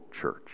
church